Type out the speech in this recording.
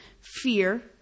fear